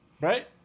Right